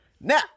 Now